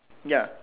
ya